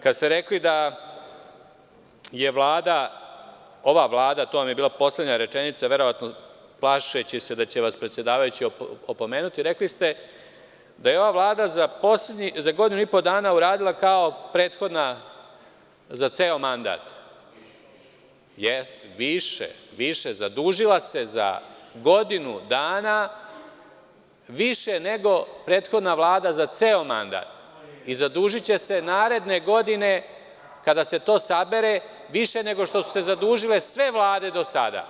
Kada ste rekli da je Vlada, ova Vlada, to vam je bila poslednja rečenica verovatno plašeći da će vas predsedavajući opomenuti, rekli ste da je ova vlada za godinu i po dana uradila kao prethodna za ceo mandat. (Zoran Babić, s mesta: Više.) Jeste, više, više zadužila se za godinu dana više nego prethodna Vlada za ceo mandat i zadužiće se naredne godine kada se to sabere više nego što su se zadužile sve vlade do sada.